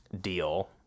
deal